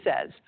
says